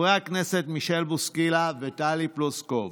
חברי הכנסת מישל בוסקילה וטלי פלוסקוב,